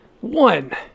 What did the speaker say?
One